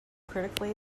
critically